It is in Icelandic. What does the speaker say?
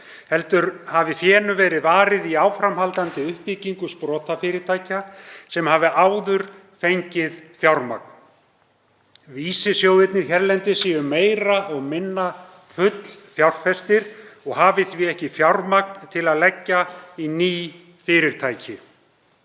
heldur hafi fénu verið varið í áframhaldandi uppbyggingu sprotafyrirtækja sem áður hafi fengið fjármagn. Vísisjóðirnir hérlendis séu meira og minna fullfjárfestir og hafi því ekki fjármagn til að leggja í ný fyrirtæki.